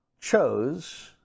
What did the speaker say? chose